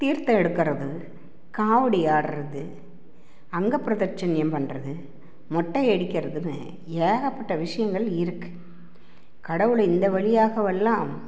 தீர்த்தம் எடுக்கிறது காவடி ஆடுறது அங்கப்பிரதட்சண்யம் பண்றது மொட்டை அடிக்கிறதுன்னு ஏகப்பட்ட விஷயங்கள் இருக்கு கடவுளை இந்த வழியாகவெல்லாம்